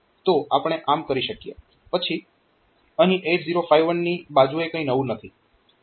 પછી અહીં 8051 ની બાજુએ કંઈ નવું નથી